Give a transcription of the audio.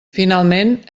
finalment